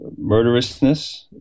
murderousness